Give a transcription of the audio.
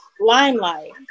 limelight